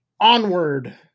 Onward